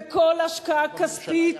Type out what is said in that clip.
וכל השקעה כספית